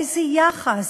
איזה יחס?